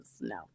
No